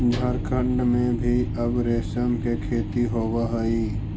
झारखण्ड में भी अब रेशम के खेती होवऽ हइ